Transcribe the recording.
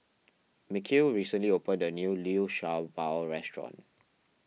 Mikeal recently opened a new Liu Sha Bao restaurant